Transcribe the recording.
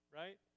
right